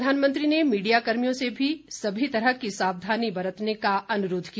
प्रधानमंत्री ने मीडिया कर्मियों से भी समी तरह की सावधानी बरतने का अनुरोध किया